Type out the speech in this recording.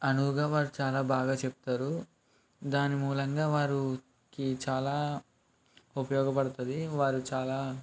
అనువుగా వారు చాలా బాగా చెప్తారు దాని మూలంగా వారికి చాలా ఉపయోగపడుతుంది వారు చాలా